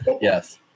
Yes